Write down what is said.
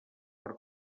per